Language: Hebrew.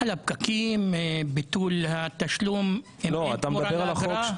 על הפקקים, ביטול התשלום אם אין תמורה לאגרה.